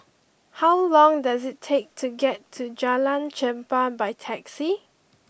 how long does it take to get to Jalan Chempah by taxi